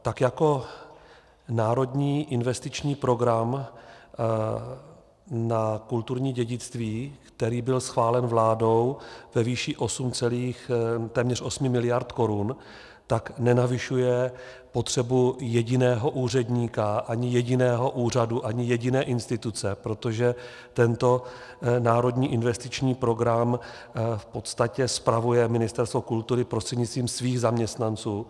Tak jako národní investiční program na kulturní dědictví, který byl schválen vládou ve výši téměř 8 miliard korun, tak nenavyšuje potřebu jediného úředníka, ani jediného úřadu, ani jediné instituce, protože tento národní investiční program v podstatě spravuje Ministerstvo kultury prostřednictvím svých zaměstnanců.